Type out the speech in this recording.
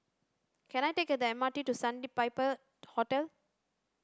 can I take the M R T to Sandpiper Hotel